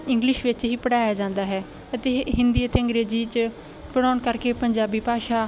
English ਵਿੱਚ ਹੀ ਪੜ੍ਹਾਇਆ ਜਾਂਦਾ ਹੈ ਅਤੇ ਹਿੰ ਹਿੰਦੀ ਅਤੇ ਅੰਗਰੇਜ਼ੀ 'ਚ ਪੜ੍ਹਾਉਣ ਕਰਕੇ ਪੰਜਾਬੀ ਭਾਸ਼ਾ